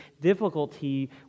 difficulty